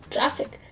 Traffic